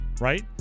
right